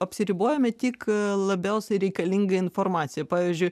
apsiribojame tik labiausiai reikalinga informacija pavyzdžiui